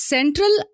Central